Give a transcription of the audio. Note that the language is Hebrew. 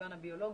המגוון הביולוגי,